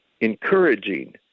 encouraging